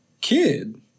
kid